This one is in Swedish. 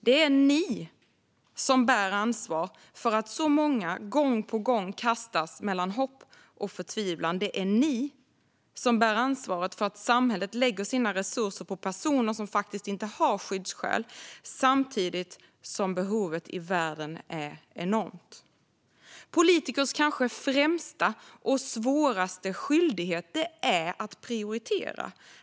Det är ni som bär ansvaret för att så många gång på gång kastas mellan hopp och förtvivlan. Det är ni som bär ansvaret för att samhället lägger sina resurser på personer som faktiskt inte har skyddsskäl samtidigt som behovet i världen är enormt. Politikers kanske främsta - och svåraste - skyldighet är att prioritera.